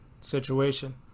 situation